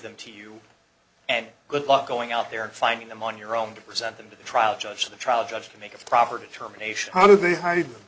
them to you and good luck going out there and finding them on your own to present them to the trial judge the trial judge to make a proper determination one of the hard the